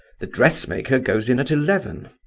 the dressmaker goes in at eleven.